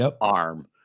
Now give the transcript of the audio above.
arm